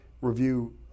review